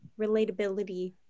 relatability